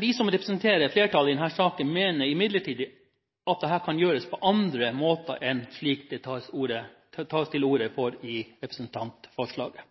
Vi som representerer flertallet i denne saken, mener imidlertid at dette kan gjøres på andre måter enn slik det tas til orde for i representantforslaget.